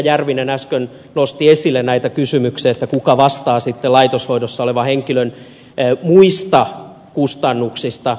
järvinen äsken nosti esille näitä kysymyksiä että kuka vastaa sitten laitoshoidossa olevan henkilön muista kustannuksista